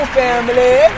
family